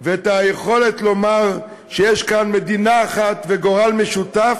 ואת היכולת לומר שיש כאן מדינה אחת וגורל משותף.